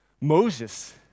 Moses